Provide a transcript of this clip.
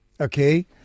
okay